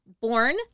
born